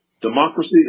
democracy